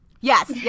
Yes